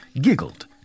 giggled